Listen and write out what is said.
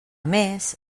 més